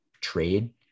trade